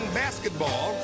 basketball